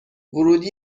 ورودی